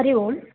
Hari Om